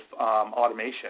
automation